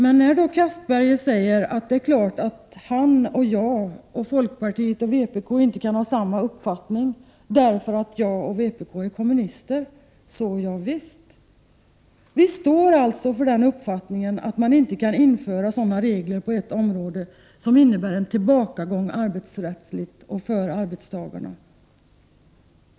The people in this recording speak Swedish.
Anders Castberger säger att han och jag resp. folkpartiet och vpk självfallet inte kan ha samma uppfattning därför att jag och de andra i vpk är kommunister. Det är naturligtvis riktigt. Inom vpk står vi för den uppfattningen att man inte kan införa regler som för arbetstagarna innebär en arbetsrättslig tillbakagång.